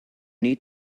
need